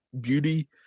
beauty